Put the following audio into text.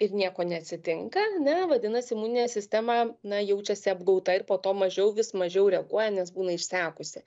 ir nieko neatsitinka ane vadinasi imuninė sistema na jaučiasi apgauta ir po to mažiau vis mažiau reaguoja nes būna išsekusi